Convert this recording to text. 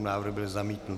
Návrh byl zamítnut.